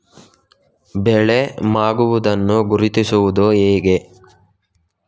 ಬೆಳೆ ಮಾಗುವುದನ್ನು ಗುರುತಿಸುವುದು ಹೇಗೆ?